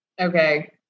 okay